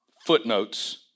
footnotes